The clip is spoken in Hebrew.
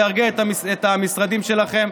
להרגיע את המשרדים שלכם.